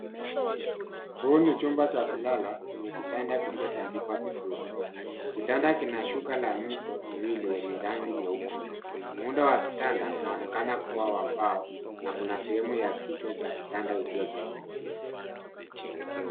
Huu ni chumba cha kulala chenye kitanda kilichotandikwa vizuri. Kitanda kina shuka la mito miwili yenye rangi nyeupe. Muundo wa kitanda unaonekana kuwa wa mbao na kuna sehemu ya kichwa cha kitanda iliyochongwa.